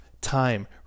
time